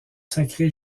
sacrés